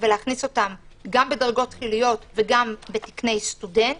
ולהכניס אותם גם בדרגות תחיליות וגם בתקני סטודנט.